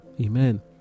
Amen